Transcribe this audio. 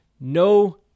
no